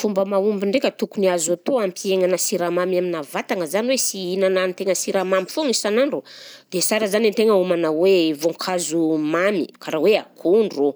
Fomba mahomby ndraika tokony azo atao hampihegnana siramamy amina vatagna zany hoe tsy hihinanan-tegna siramamy foagna isan'andro dia sara izany antegna homana hoe voankazo mamy karaha hoe akondro,